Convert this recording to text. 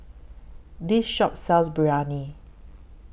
This Shop sells Biryani